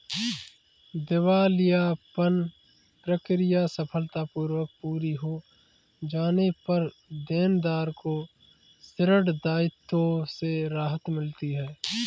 दिवालियापन प्रक्रिया सफलतापूर्वक पूरी हो जाने पर देनदार को ऋण दायित्वों से राहत मिलती है